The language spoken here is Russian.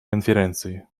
конференции